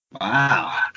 Wow